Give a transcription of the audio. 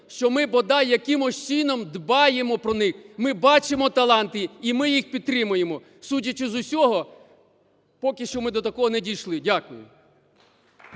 що ми бодай якимось чином дбаємо про них. Ми бачимо таланти, і ми їх підтримуємо. Судячи з усього, поки що ми до такого не дійшли. Дякую.